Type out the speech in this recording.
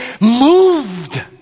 moved